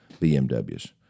BMWs